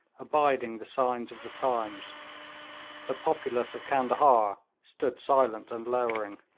abiding the signs of the times the populace of candahar stood silent and lowering.